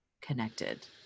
connected